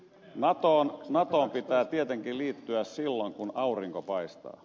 natoon pitää tietenkin liittyä silloin kun aurinko paistaa